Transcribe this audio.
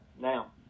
now